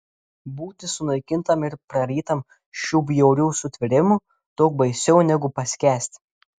būti sunaikintam ir prarytam šių bjaurių sutvėrimų daug baisiau negu paskęsti